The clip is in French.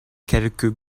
quelques